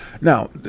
Now